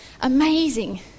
Amazing